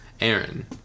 Aaron